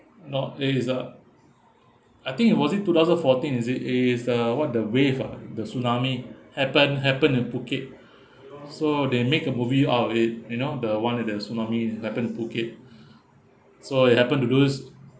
not it is uh I think it was it two thousand fourteen is it is uh what the wave ah the tsunami happen happen in phuket so they make a movie out of it you know the one uh the tsunami happened in phuket so it happened to those